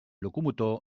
locomotor